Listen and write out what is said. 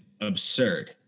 absurd